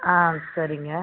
ஆ சரிங்க